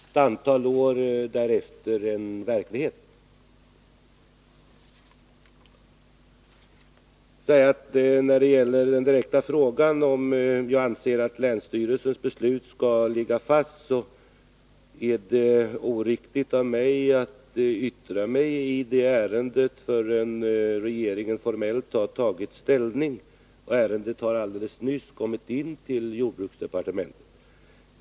Ett antal år därefter var miljöskandalen en verklighet. På den direkta frågan om jag anser att länsstyrelsens beslut skall ligga fast vill jag svara att det vore oriktigt av mig att göra uttalanden i ärendet innan regeringen formellt har tagit ställning till detta. Ärendet har helt nyligen kommit in till jordbruksdepartementet.